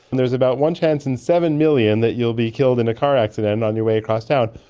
and there's about one chance in seven million that you'll be killed in a car accident on your way across town,